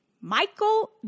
Michael